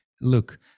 look